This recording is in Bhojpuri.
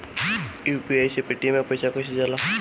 यू.पी.आई से पेटीएम मे पैसा कइसे जाला?